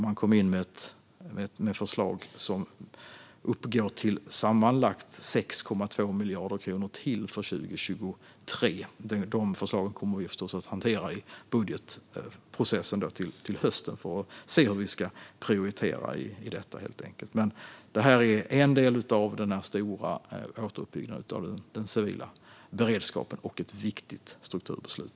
Man kom in med ett förslag som uppgår till sammanlagt 6,2 miljarder kronor till för 2023. Det förslaget kommer vi förstås att hantera i budgetprocessen till hösten för att se hur vi ska prioritera i detta. Men det här är en del av den stora återuppbyggnaden av den civila beredskapen och ett viktigt strukturbeslut.